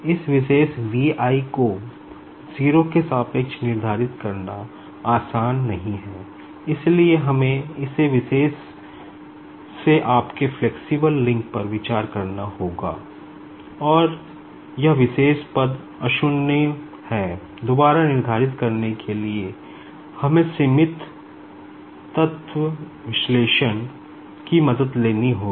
इस विशेष V i को 0 के सापेक्ष निर्धारित करना आसान नहीं है इसलिए हमें इसे विशेष से आपके फ्लेक्सिबल लिंक पर विचार करना होगा और यह विशेष पद अशून्य की मदद लेनी होगी